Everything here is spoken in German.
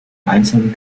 einzelnen